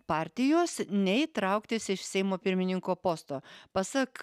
partijos nei trauktis iš seimo pirmininko posto pasak